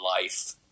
life